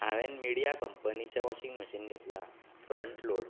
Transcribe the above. हांवेन मिडीया कंपनीचे washing machine घेतलां फ्रंट लोड